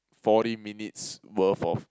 forty minutes worth of